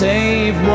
Save